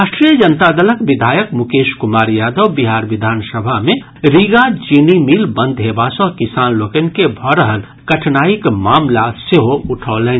राष्ट्रीय जनता दलक विधायक मुकेश कुमार यादव बिहार विधानसभा मे रिगा चीनी मील बंद हेबा सँ किसान लोकनि के भऽ रहल कठिनाईक मामिला सेहो उठौलनि